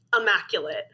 Immaculate